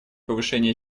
повышения